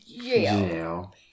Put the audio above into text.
jail